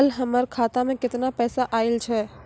कल हमर खाता मैं केतना पैसा आइल छै?